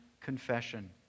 confession